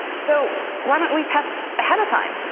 so why don't we test ahead of time?